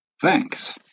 Thanks